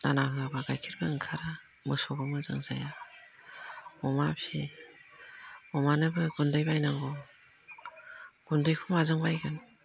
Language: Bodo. दाना होआबा गाइखेरबो ओंखारा मोसौआबो मोजां जाया अमा फिसियो अमानोबो गुन्दै बायनांगौ गुन्दैखौ माजों बायगोन